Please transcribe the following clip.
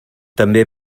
també